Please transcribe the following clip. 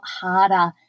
harder